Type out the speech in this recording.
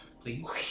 please